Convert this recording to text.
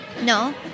No